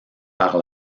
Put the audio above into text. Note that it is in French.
par